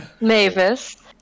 Mavis